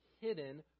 hidden